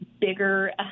bigger